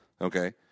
Okay